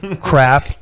crap